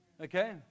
Okay